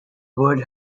would